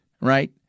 right